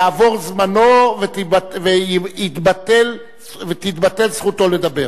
יעבור זמנו ותתבטל זכותו לדבר.